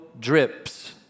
drips